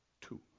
Two